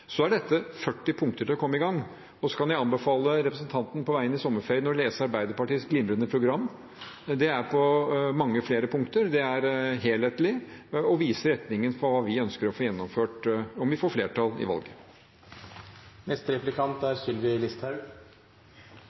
er 40 punkter for å komme i gang. Så kan jeg anbefale representanten på vei inn i sommerferien å lese Arbeiderpartiets glimrende program. Det er på mange flere punkter. Det er helhetlig, og det viser retningen for hva vi ønsker å få gjennomført om vi får flertall i